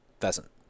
pheasant